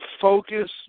Focus